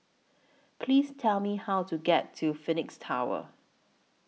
Please Tell Me How to get to Phoenix Tower